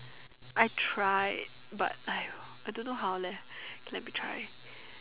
I tried but !aiyo! I don't know how leh let me try